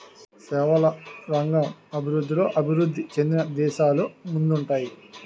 సేవల రంగం అభివృద్ధిలో అభివృద్ధి చెందిన దేశాలు ముందుంటాయి